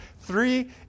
three